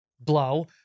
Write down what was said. blow